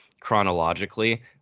chronologically